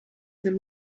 them